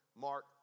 Mark